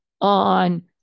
on